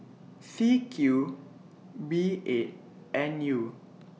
C Q B eight N U